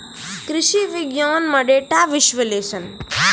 कृषि विज्ञान में डेटा विश्लेषण